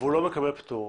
והוא לא מקבל פטור,